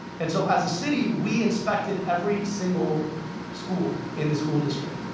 and so, as a city, we inspected every single school in the school district.